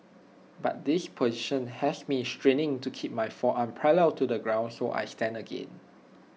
but this position has me straining to keep my forearm parallel to the ground so I stand again